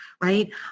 right